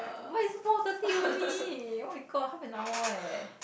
why is four thirty only oh-my-god half an hour eh